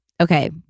okay